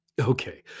Okay